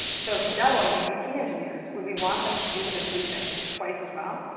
so if we double and we have eighteen engineers would we want them to do the three things twice as well?